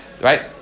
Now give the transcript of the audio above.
right